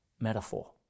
metaphor